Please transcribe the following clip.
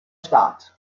staat